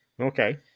Okay